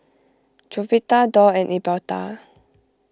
Jovita Dorr and Elberta